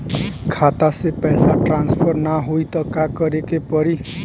खाता से पैसा ट्रासर्फर न होई त का करे के पड़ी?